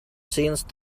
since